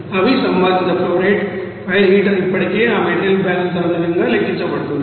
అవి సంబంధిత flow rate fire heater ఇప్పటికే ఆ మెటీరియల్ బ్యాలెన్స్ ఆధారంగా లెక్కించబడుతుంది